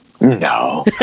No